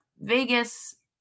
Vegas